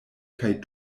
kaj